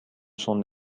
son